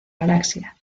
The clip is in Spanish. galaxia